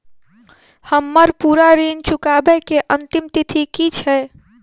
हम्मर पूरा ऋण चुकाबै केँ अंतिम तिथि की छै?